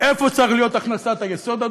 איפה שצריכה להיות הכנסת היסוד,